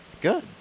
Good